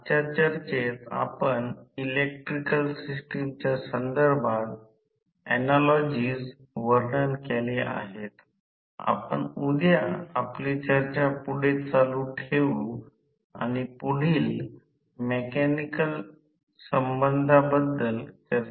चुंबकीय सर्किटमध्ये हवेच्या अंतराच्या अस्तित्वामुळे प्रेरण मोटर ची ही मूळ समस्या आहे